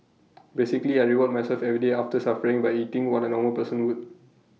basically I reward myself every day after suffering by eating what A normal person would